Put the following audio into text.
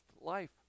life